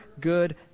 good